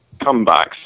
comebacks